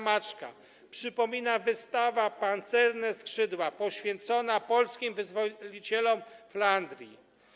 Maczka przypomina wystawa „Pancerne skrzydła” poświęcona polskim wyzwolicielom Flandrii.